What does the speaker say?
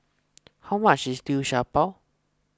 how much is Liu Sha Bao